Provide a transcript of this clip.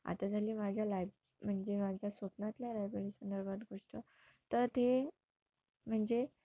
आता झाली माझ्या लायब म्हणजे माझ्या स्वप्नातल्या लायब्ररीसंदर्भात गोष्ट तर ते म्हणजे